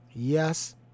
Yes